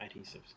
adhesives